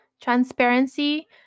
Transparency